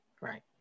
Right